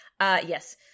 Yes